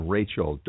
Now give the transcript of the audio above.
Rachel